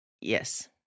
Yes